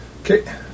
Okay